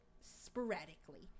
sporadically